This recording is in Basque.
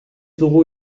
dugu